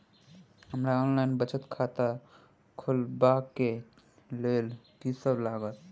हमरा ऑनलाइन बचत खाता खोलाबै केँ लेल की सब लागत?